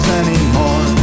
anymore